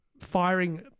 firing